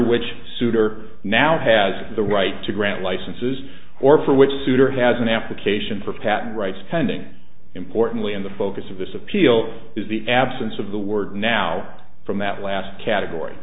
which souter now has the right to grant licenses or for which souter has an application for patent rights pending importantly in the focus of this appeal is the absence of the word now from that last category